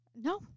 No